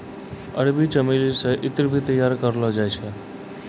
अरबी चमेली से ईत्र भी तैयार करलो जाय छै